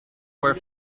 were